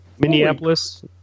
minneapolis